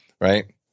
right